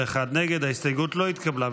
הסתייגות 169 לא נתקבלה.